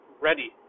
ready